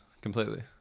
completely